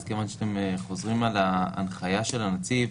כיוון שאתם חוזרים על ההנחי השל הנציב.